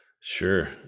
Sure